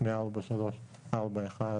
מ-4.341